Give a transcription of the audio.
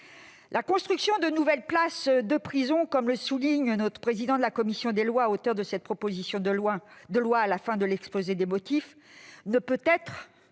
La construction de nouvelles places de prison, comme le souligne le président de la commission des lois, auteur de la proposition de loi, à la fin de l'exposé des motifs, ne peut être